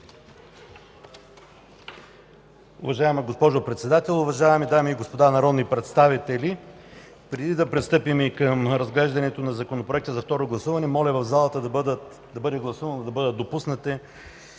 Уважаема госпожо Председател, уважаеми дами и господа народни представители! Преди да пристъпим към разглеждането на Законопроекта за второ гласуване, моля в залата да бъдат допуснати